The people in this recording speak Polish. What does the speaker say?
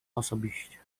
osobiście